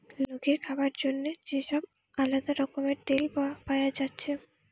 লোকের খাবার জন্যে যে সব আলদা রকমের তেল পায়া যাচ্ছে